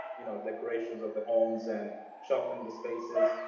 you know, decorations of the homes and shuffling the spaces.